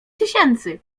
tysięcy